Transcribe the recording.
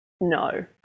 no